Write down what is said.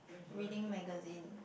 reading magazine